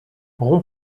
rond